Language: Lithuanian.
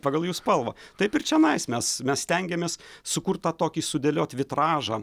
pagal jų spalvą taip ir čionais mes mes stengiamės sukurt tą tokį sudėliot vitražą